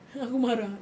aku marah